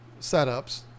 setups